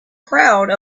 crowd